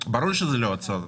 ברור שזה לא התשואות,